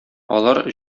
алар